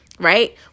right